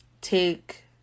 Take